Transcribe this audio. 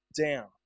down